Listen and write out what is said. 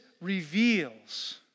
reveals